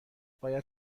باید